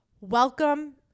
Welcome